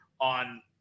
on